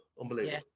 unbelievable